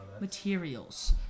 materials